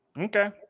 Okay